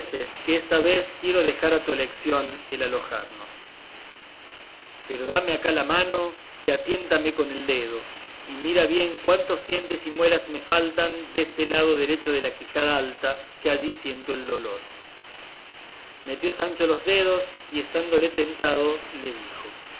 que esta vez quiero dejar a tu eleción el alojarnos pero dame acá la mano y atiéntame con el dedo y mira bien cuántos dientes y muelas me faltan deste lado derecho de la quijada alta que allí siento el dolor metió sancho los dedos y estándole tentando le dijo